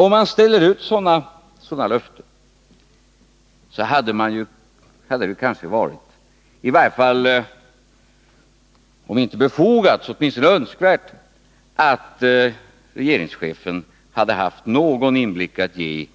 Om man ställer ut sådana löften, hade det kanske varit om inte befogat så åtminstone önskvärt att regeringschefen hade kunnat ge någon inblick när det